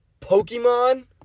Pokemon